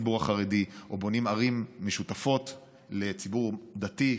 לציבור החרדי או בונים ערים משותפות לציבור דתי,